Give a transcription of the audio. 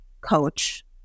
coach